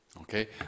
Okay